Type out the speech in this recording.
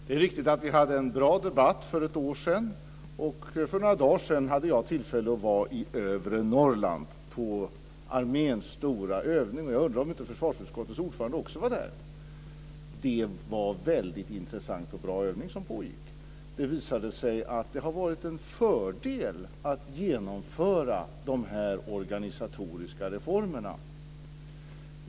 Fru talman! Det är riktigt att vi hade en bra debatt för ett år sedan. För några dagar sedan hade jag tillfälle att vara i övre Norrland på arméns stora övning. Jag undrar om inte försvarsutskottets ordförande också var där? Det var en intressant och bra övning som pågick. Det visade sig att det har varit en fördel att genomföra de organisatoriska reformerna.